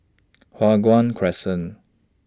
Hua Guan Crescent